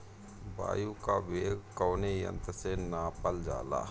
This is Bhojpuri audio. वायु क वेग कवने यंत्र से नापल जाला?